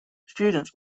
students